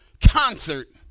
concert